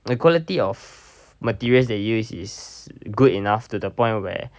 the quality of materials they use is good enough to the point where